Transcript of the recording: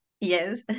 yes